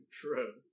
true